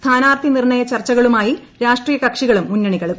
സ്ഥാനാർത്ഥി നിർണ്ണയ ചർച്ചകളുമായി രാഷ്ട്രീയ കക്ഷികളും മുന്നണികളും